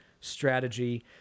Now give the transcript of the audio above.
strategy